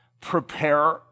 prepare